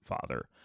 father